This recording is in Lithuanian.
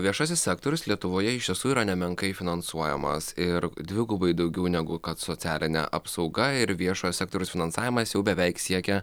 viešasis sektorius lietuvoje iš tiesų yra nemenkai finansuojamas ir dvigubai daugiau negu kad socialinė apsauga ir viešojo sektoriaus finansavimas jau beveik siekia